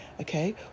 okay